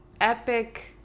epic